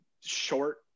short